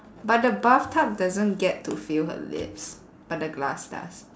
but the bathtub doesn't get to feel her lips but the glass does